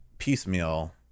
piecemeal